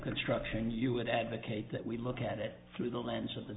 construction you would advocate that we look at it through the lens of the